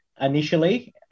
initially